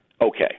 Okay